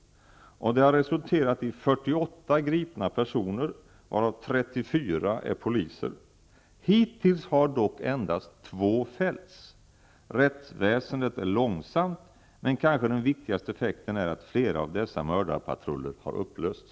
Det har resulterat i 48 gripna personer, varav 34 är poliser. Hittills har dock endast 2 fällts. Rättsväsendet är långsamt, men den viktigaste effekten är kanske att flera av dessa mördarpatruller har upplösts.